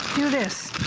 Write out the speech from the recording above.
do this.